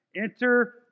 Enter